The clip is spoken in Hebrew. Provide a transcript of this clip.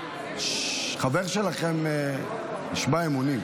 חבר שלכם נשבע אמונים.